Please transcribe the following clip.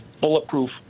bulletproof